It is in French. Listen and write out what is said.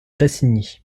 tassigny